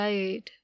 Right